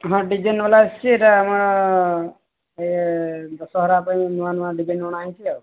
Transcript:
ହଁ ଡିଜାଇନ୍ ବାଲା ଆସିଛି ଏଇଟା ଆମର ଏଇ ଦଶହରା ପାଇଁ ନୂଆ ନୂଆ ଡିଜାଇନ ଅଣା ହୋଇଛି ଆଉ